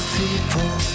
people